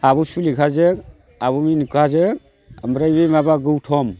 आब' सुलिखाजों आब' मेन'काजों आमफ्राय बे माबा गौथम